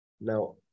Now